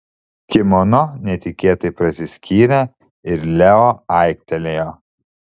kimono netikėtai prasiskyrė ir leo aiktelėjo